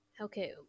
Okay